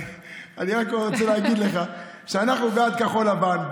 אני רק רוצה להגיד לך שאנחנו בעד כחול לבן,